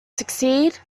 succeed